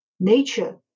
Nature